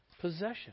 possession